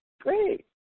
Great